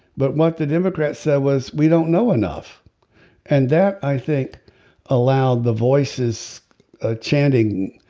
but what the democrats said was we don't know enough and that i think allowed the voices ah chanting